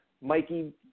Mikey